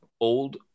old